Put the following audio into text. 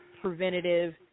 preventative